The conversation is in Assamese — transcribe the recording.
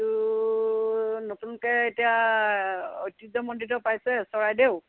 এইটো নতুনকৈ এতিয়া ঐতিহ্যমণ্ডিত পাইছে চৰাইদেউ